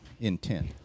intent